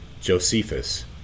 Josephus